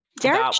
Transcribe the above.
Derek